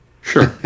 Sure